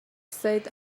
said